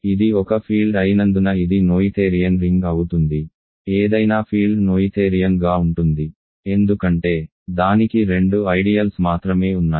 ఇది ఒక ఫీల్డ్ అయినందున ఇది నోయిథేరియన్ రింగ్ అవుతుంది ఏదైనా ఫీల్డ్ నోయిథేరియన్ గా ఉంటుంది ఎందుకంటే దానికి రెండు ఐడియల్స్ మాత్రమే ఉన్నాయి